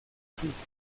sus